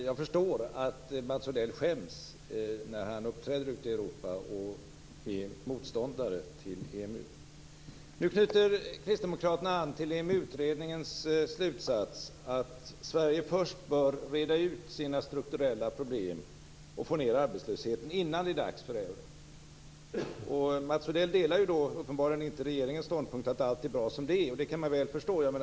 Jag förstår att Mats Odell skäms när han uppträder ute i Europa och är motståndare till Nu knyter kristdemokraterna an till EMU utredningens slutsats att Sverige först bör reda ut sina strukturella problem och få ned arbetslösheten innan det är dags för euron. Mats Odell delar uppenbarligen inte regeringens ståndpunkt att allt är bra som det är. Det kan man väl förstå.